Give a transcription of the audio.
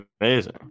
amazing